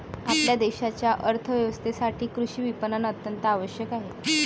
आपल्या देशाच्या अर्थ व्यवस्थेसाठी कृषी विपणन अत्यंत आवश्यक आहे